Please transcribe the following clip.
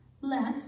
left